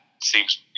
seems